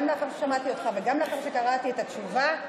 גם לאחר ששמעתי אותך וגם לאחר שקראתי את התשובה,